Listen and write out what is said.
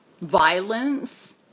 violence